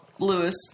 Lewis